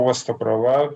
uosto krova